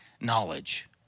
knowledge